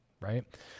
right